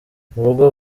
murugo